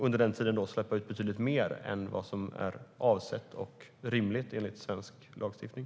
Under den tiden släpps det ut betydligt mer än avsett och rimligt enligt svensk lagstiftning.